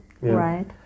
right